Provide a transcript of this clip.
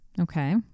Okay